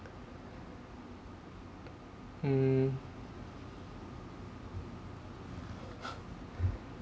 mm